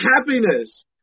happiness